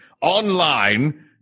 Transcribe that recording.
online